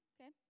Okay